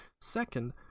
Second